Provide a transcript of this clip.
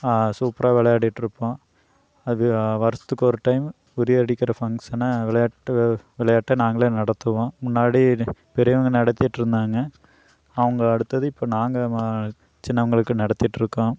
சூப்பராக விளையாடிட் இருப்போம் அது வருஷத்துக்கு ஒரு டைம் உறியடிக்கிற ஃபங்க்ஷனை விளையாட்டு விளையாட்ட நாங்களே நடத்துவோம் முன்னாடி பெரியவங்க நடத்திட்டுருந்தாங்க அவங்க அடுத்தது இப்போ நாங்கள் சின்னவங்களுக்கு நடத்திட்டு இருக்கோம்